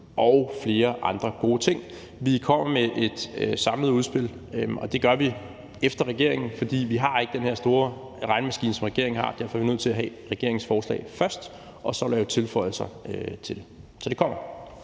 og flere andre gode ting. Vi kommer med et samlet udspil, og det gør vi efter regeringen. For vi har ikke den her store regnemaskine, som regeringen har, og derfor er vi nødt til at have regeringens forslag først og så lave tilføjelser til det. Så det kommer.